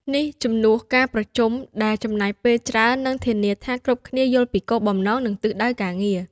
នេះជំនួសការប្រជុំដែលចំណាយពេលច្រើន និងធានាថាគ្រប់គ្នាយល់ពីគោលបំណង និងទិសដៅការងារ។